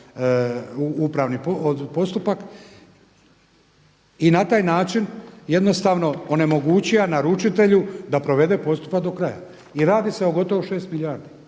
fazi upravni postupak i na taj način jednostavno onemogućio naručitelju da provede postupak do kraja. I radi se o gotovo 6 milijardi